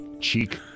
cheek